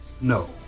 no